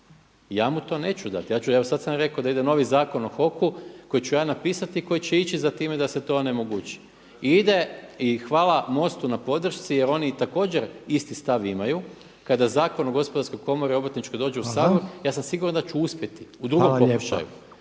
Ja mu to neću dati. Evo sada sam rekao da ide novi Zakon o HOK-u koji ću ja napisati i koji će ići za time da se to onemogući. I ide, i hvala MOST-u na podršci jer oni također isti stav imaju, kada Zakon o Gospodarskoj komori, Obrtničku dođu u Saboru, ja sam siguran da ću uspjeti u drugom pokušaju